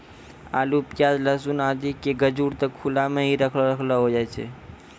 आलू, प्याज, लहसून आदि के गजूर त खुला मॅ हीं रखलो रखलो होय जाय छै